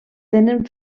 tenen